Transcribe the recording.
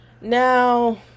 Now